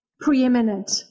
preeminent